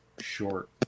short